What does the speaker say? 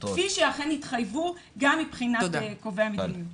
כפי שאכן התחייבו גם מבחינת קובעי המדיניות.